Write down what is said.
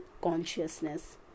consciousness